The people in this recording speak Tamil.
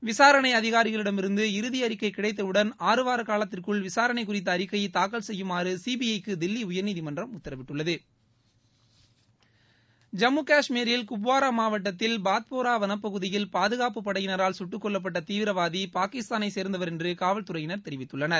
விசாரணை அதிகாரிகளிடமிருந்து இறுதி அறிக்கை கிடைத்தவுடன் ஆறு வார காலத்திற்குள் விசாரணை குறித்த அறிக்கையை தாக்கல் செய்யுமாறு சிபிறக்கு தில்லி உயர்நீதிமன்றம் உத்தரவிட்டுள்ளது ஜம்மு கஷ்மீரில் குப்வாரா மாவட்டத்தில் பாத்போரா வனப் பகுதியில் பாதுகாப்பு படையினரால் சுட்டுக்கொல்லப்பட்ட தீவிரவாதி பாகிஸ்தானைச் சேர்ந்தவர் என்று காவல்துறையினர் தெரிவித்துள்ளனர்